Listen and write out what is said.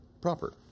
proper